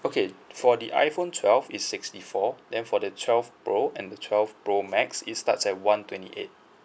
okay for the iphone twelve it's sixty four then for the twelve pro and the twelve pro max it starts at one twenty eight